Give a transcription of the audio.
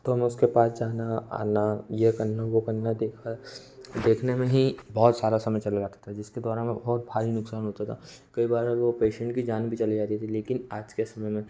तो हमें उसके पास जाना आना ये करना वो करना देखा देखने में ही बहुत सारा समय चला जाता था जिसके द्वारा में बहुत भारी नुकसान होता था जिसके बाद वो पेशेंट की जान भी चली जाती थी लेकिन आज के समय में